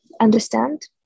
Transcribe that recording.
understand